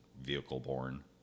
vehicle-borne